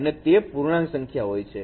અને તે પૂર્ણાંક સંખ્યા હોય છે